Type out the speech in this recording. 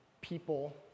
people